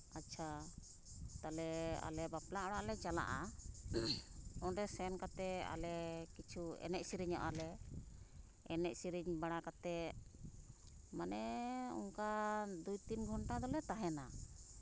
ᱟᱪᱪᱷᱟ ᱛᱟᱞᱦᱮ ᱟᱞᱮ ᱵᱟᱯᱞᱟ ᱚᱲᱟᱜ ᱞᱮ ᱪᱟᱞᱟᱜᱼᱟ ᱚᱸᱰᱮ ᱥᱮᱱ ᱠᱟᱛᱮᱫ ᱟᱞᱮ ᱠᱤᱪᱷᱩ ᱮᱱᱮᱡ ᱥᱮᱨᱮᱧᱚᱜᱼᱟ ᱞᱮ ᱮᱱᱮᱡ ᱥᱮᱨᱮᱧ ᱵᱟᱲᱟ ᱠᱟᱛᱮᱫ ᱢᱟᱱᱮ ᱚᱝᱠᱟ ᱫᱩᱭ ᱛᱤᱱ ᱜᱷᱚᱱᱴᱟ ᱫᱚᱞᱮ ᱛᱟᱦᱮᱱᱟ